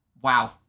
Wow